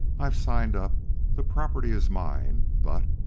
i've signed up the property is mine but.